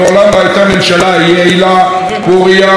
פורייה וברוכה כממשלה זו,